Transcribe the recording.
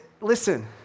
listen